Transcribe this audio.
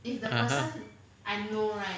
(uh huh)